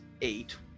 eight